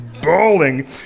bawling